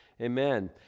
amen